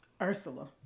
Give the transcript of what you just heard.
Ursula